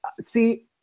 See